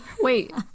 wait